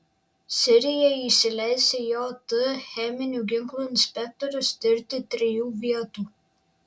sirija įsileis jt cheminių ginklų inspektorius tirti trijų vietų